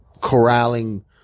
corralling